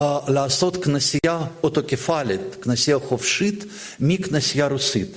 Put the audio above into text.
לעשות כנסייה אוטוקפלית, כנסייה חופשית מכנסייה רוסית